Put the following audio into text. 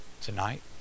Tonight